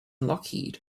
lockheed